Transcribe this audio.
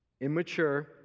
immature